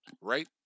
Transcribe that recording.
right